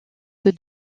que